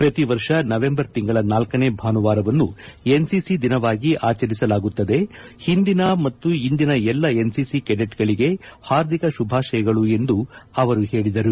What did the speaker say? ಪ್ರತಿ ವರ್ಷ ನವೆಂಬರ್ ತಿಂಗಳ ನಾಲ್ಕನೇ ಭಾನುವಾರವನ್ನು ಎನ್ಸಿಸಿ ದಿನವಾಗಿ ಆಚರಿಸಲಾಗುತ್ತದೆ ಹಿಂದಿನ ಮತ್ತು ಇಂದಿನ ಎಲ್ಲ ಎನ್ಸಿಸಿ ಕೆಡೆಟ್ಗಳಿಗೆ ಹಾರ್ದಿಕ ಶುಭಾಶಯಗಳು ಎಂದು ಅವರು ಹೇಳಿದರು